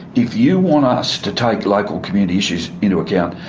if you want us to take local community issues into account,